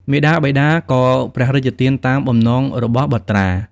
មាតាបិតាក៏ព្រះរាជទានតាមបំណងរបស់បុត្រា។